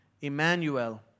Emmanuel